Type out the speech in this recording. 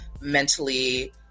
mentally